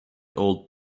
old